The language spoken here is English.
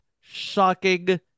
shocking